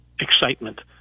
excitement